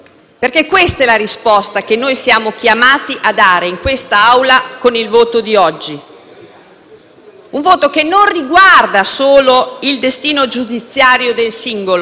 un voto che non riguarda solo il destino giudiziario del singolo Ministro, ma che attiene allo stesso ordinamento giuridico del Paese.